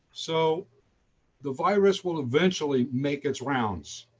so the virus will eventually make its rounds.